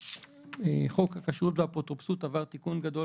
חוק הכשרות והאפוטרופסות עבר תיקון גדול